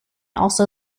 also